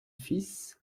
fils